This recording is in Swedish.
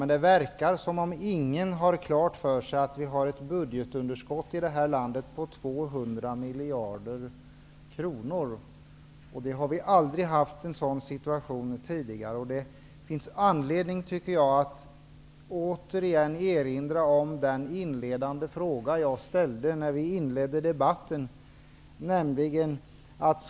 Men det verkar som om ingen har klart för sig att vi har ett budgetun derskott i detta land på 200 miljarder kronor. Vi har aldrig tidigare haft en sådan situation. Det finns enligt min mening anledning att åter igen erinra om den fråga som jag ställde vid inled ningen av debatten.